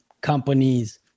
companies